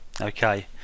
okay